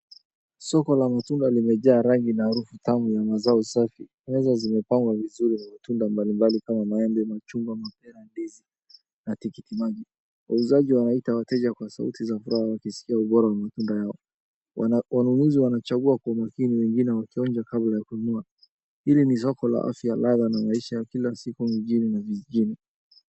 Soko la matunda limejaa rangi na harufu tamu ya mazao safi. Nyanya zimepangwa vizuri na matunda mbalimbali kama maembe ,machungwa, mapera, ndizi na tikitimaji. Wauzaji wanaita wateja kwa sauti za furaha wakisifia ubora wa matunda yao. Wanunuzi wanachagua kwa umakini na wengine wakionja kabla ya kununua, hili ni soko la afya lala ya maisha mjini na vijijini.